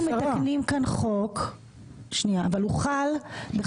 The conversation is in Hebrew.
והוא אפשר ממשלת חילופין והוא היה בדיוק אותו הדבר.